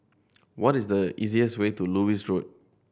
what is the easiest way to Lewis Road